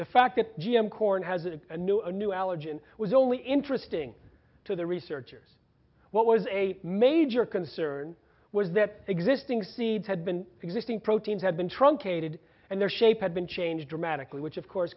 the fact that g m corn has it a new a new allergen was only interesting to the researchers what was a major concern was that existing seeds had been existing proteins had been truncated and their shape had been changed dramatically which of course